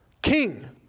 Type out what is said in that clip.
King